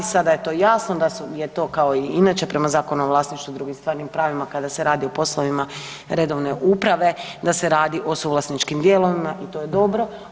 Sada je to jasno da je to kao i inače prema Zakonu o vlasništvu i drugim stvarnim pravima kada se radi o poslovima redovne uprave da se radi o suvlasničkim dijelovima i to je dobro.